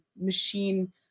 machine